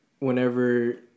Whenever